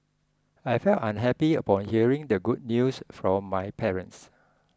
I felt unhappy upon hearing the good news from my parents